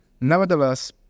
Nevertheless